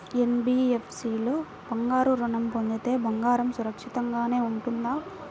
NBFC లో బంగారు ఋణం పొందితే బంగారం సురక్షితంగానే ఉంటుందా?